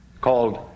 called